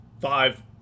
five